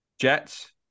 Jets